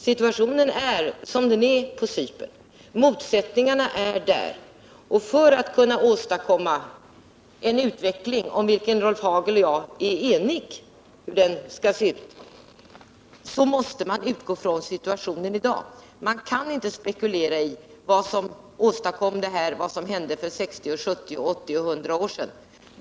Situationen är som den är på Cypern; motsättningarna är där, och för att: kunna åstadkomma den utveckling som Rolf Hagel och jag är eniga om måste man utgå från situationen som den är i dag. Man kan inte spekulera i vad som åstadkommit detta, vad som hände för 60, 70 eller 100 år sedan.